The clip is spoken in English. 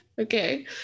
Okay